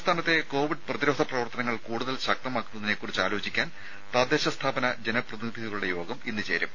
സംസ്ഥാനത്തെ കോവിഡ് പ്രതിരോധ പ്രവർത്തനങ്ങൾ കൂടുതൽ ശക്തമാക്കുന്നതിനെക്കുറിച്ച് ആലോചിക്കാൻ തദ്ദേശ സ്ഥാപന ജനപ്രതിനിധികളുടെ യോഗം ഇന്ന് ചേരും